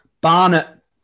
Barnett